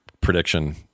prediction